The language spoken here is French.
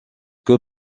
que